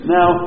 Now